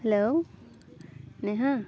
hello Neha